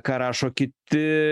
ką rašo kiti